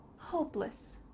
hopeless,